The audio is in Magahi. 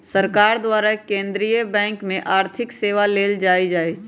सरकार द्वारा केंद्रीय बैंक से आर्थिक सेवा लेल जाइ छइ